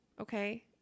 okay